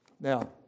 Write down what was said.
Now